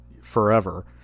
forever